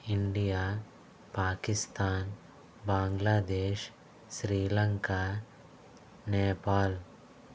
India Pakistan Bangladesh Sri Lanka Nepal